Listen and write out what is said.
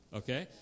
okay